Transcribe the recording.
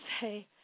say